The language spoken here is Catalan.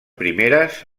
primeres